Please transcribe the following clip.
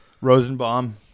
Rosenbaum